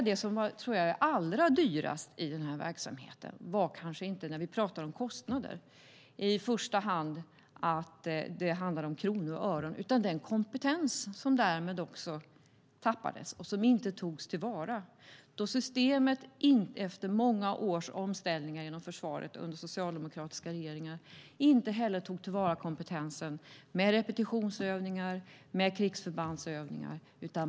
Det som var allra dyrast i verksamheten - när vi pratar om kostnader - var inte i första hand en fråga om kronor och ören utan den kompetens som tappades och som inte togs till vara. Efter många års omställningar inom försvaret under socialdemokratiska regeringar tog systemet inte heller till vara kompetensen med hjälp av repetitionsövningar och krigsförbandsövningar.